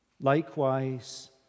Likewise